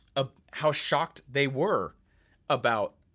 ah how shocked they were about